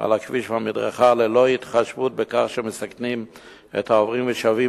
על הכביש והמדרכה ללא התחשבות בכך שהם מסכנים את העוברים ושבים,